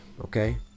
Okay